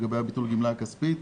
לגבי ביטול הגמלה הכספית,